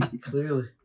Clearly